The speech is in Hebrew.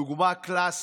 דוגמה קלאסית.